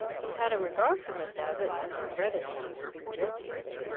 he had a regard for miss abbott, and regretted that she had been guilty of it.